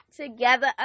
together